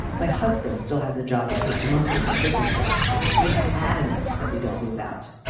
my husband still has a job that takes him on frequent business trips. he's adamant that we don't move out.